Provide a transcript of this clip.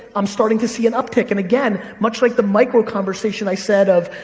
i'm starting to see an uptick. and again, much like the micro conversation i said of,